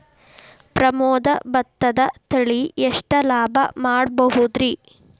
ಪ್ರಮೋದ ಭತ್ತದ ತಳಿ ಎಷ್ಟ ಲಾಭಾ ಮಾಡಬಹುದ್ರಿ?